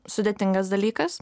sudėtingas dalykas